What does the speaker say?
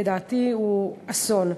לדעתי זה אסון.